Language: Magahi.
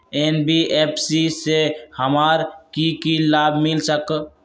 एन.बी.एफ.सी से हमार की की लाभ मिल सक?